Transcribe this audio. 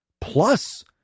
plus